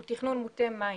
הוא תכנון מוטה מים.